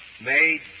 made